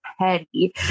petty